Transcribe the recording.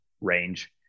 range